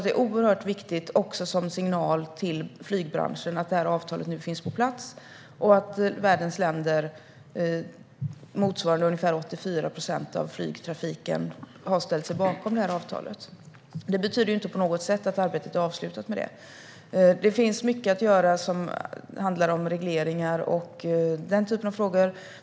Det är oerhört viktigt också som en signal till flygbranschen att avtalet nu finns på plats och att världens länder, motsvarande ungefär 84 procent av flygtrafiken, har ställt sig bakom avtalet. Det betyder inte på något sätt att arbetet i och med det är avslutat. Det finns mycket att göra som handlar om regleringar och den typen av frågor.